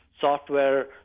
software